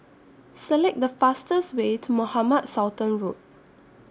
Select The fastest Way to Mohamed Sultan Road